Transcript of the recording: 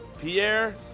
Pierre